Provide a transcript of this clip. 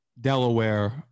Delaware